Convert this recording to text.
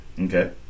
Okay